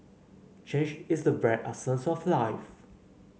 change is the very essence of life